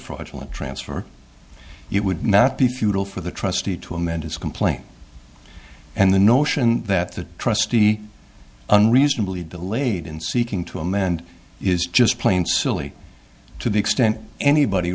fraudulent transfer it would not be futile for the trustee to amend his complaint and the notion that the trustee unreasonably delayed in seeking to amend is just plain silly to the extent anybody